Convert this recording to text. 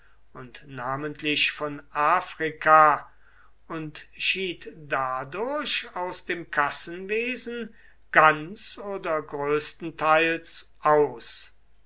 und namentlich von afrika und schied dadurch aus dem kassenwesen ganz oder größtenteils aus